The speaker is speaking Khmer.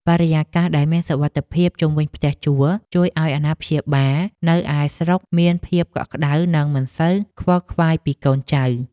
បរិយាកាសដែលមានសុវត្ថិភាពជុំវិញផ្ទះជួល ជួយឱ្យអាណាព្យាបាលនៅឯស្រុកមានភាពកក់ក្តៅ និងមិនសូវខ្វល់ខ្វាយពីកូនចៅ។